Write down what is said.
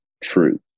true